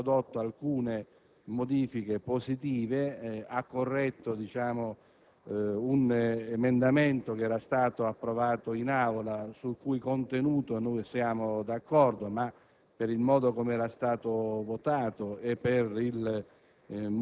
modificato sostanzialmente il provvedimento; ha introdotto alcune modifiche positive; ha corretto un emendamento che era stato approvato in Aula al Senato, sul cui contenuto siamo d'accordo ma